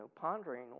pondering